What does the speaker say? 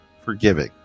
forgiving